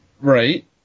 Right